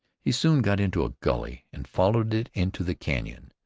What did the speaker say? he soon got into a gully and followed it into the canon.